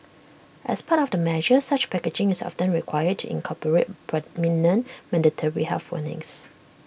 as part of the measure such packaging is often required to incorporate prominent mandatory health warnings